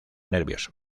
nervioso